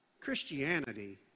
Christianity